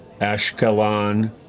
Ashkelon